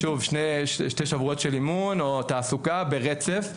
שני שבועות של אימון או תעסוקה ברצף,